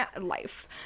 life